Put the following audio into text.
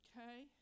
okay